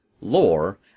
Lore